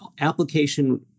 application